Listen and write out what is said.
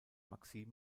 maxim